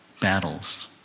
battles